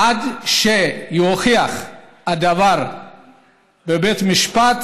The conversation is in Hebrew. עד שיוכח הדבר בבית המשפט